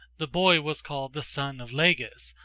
the boy was called the son of lagus,